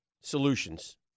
solutions